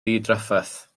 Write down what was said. ddidrafferth